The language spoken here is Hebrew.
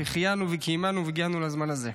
שהחיינו וקיימנו והגיענו לזמן הזה.